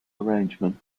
arrangement